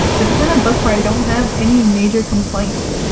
it's a kind of book where i don't have any major complaints.